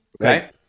Okay